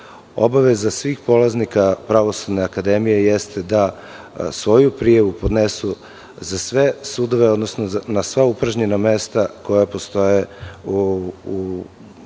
Obaveza svih polaznika Pravosudne akademije jeste da svoju prijavu podnesu za sve sudove, odnosno na sva upražnjena mesta koja postoje svim